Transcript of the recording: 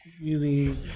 using